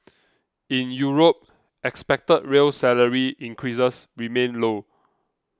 in Europe expected real salary increases remain low